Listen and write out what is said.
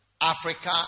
Africa